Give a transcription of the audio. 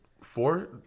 Four